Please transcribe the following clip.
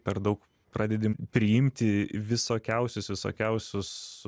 per daug pradedi priimti visokiausius visokiausius